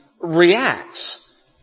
reacts